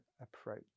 approach